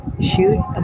shoot